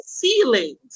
feelings